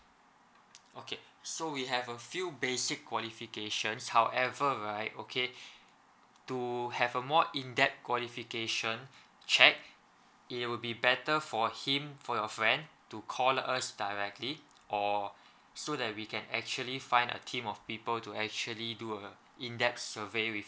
okay so we have a few basic qualifications however right okay to have a more in depth qualification check it will be better for him for your friend to call us directly or so that we can actually find a team of people to actually do uh in depth survey with